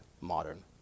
Modern